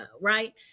Right